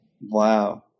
Wow